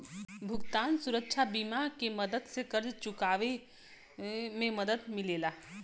भुगतान सुरक्षा बीमा के मदद से कर्ज़ चुकावे में मदद मिलेला